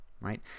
right